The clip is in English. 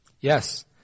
Yes